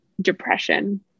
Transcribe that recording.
depression